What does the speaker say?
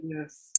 yes